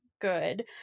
good